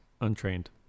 untrained